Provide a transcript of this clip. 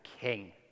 king